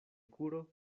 kuro